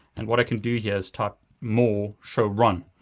and what i can do here is type more shrun